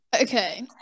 Okay